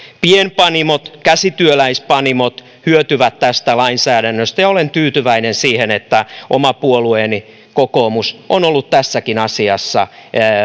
pienpanimot ja käsityöläispanimot hyötyvät tästä lainsäädännöstä ja olen tyytyväinen siihen että oma puolueeni kokoomus on ollut tässäkin asiassa